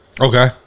Okay